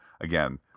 again